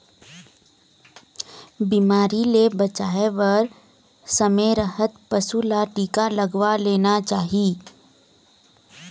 बिमारी ले बचाए बर समे रहत पशु ल टीका लगवा लेना चाही